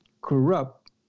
Corrupt